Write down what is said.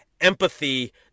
empathy